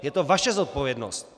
Je to vaše zodpovědnost!